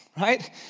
right